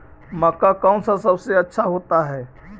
मक्का कौन सा सबसे अच्छा होता है?